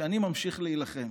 שאני ממשיך להילחם.